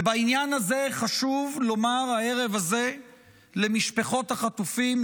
ובעניין הזה חשוב לומר הערב הזה למשפחות החטופים,